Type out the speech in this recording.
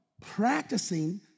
Practicing